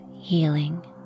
healing